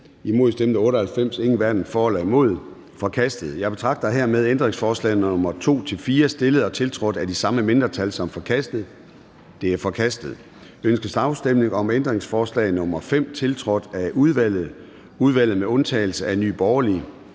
imod stemte 0. Ændringsforslaget er forkastet. Jeg betragter hermed ændringsforslag nr. 2-4, stillet og tiltrådt af de samme mindretal, som forkastet. De er forkastet. Ønskes afstemning om ændringsforslag nr. 5, tiltrådt af et flertal i udvalget (udvalget